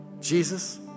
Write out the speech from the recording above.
Jesus